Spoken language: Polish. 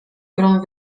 grą